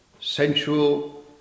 sensual